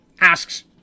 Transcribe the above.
asks